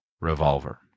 revolver